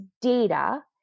data